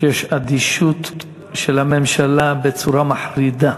שיש אדישות של הממשלה בצורה מחרידה.